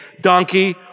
donkey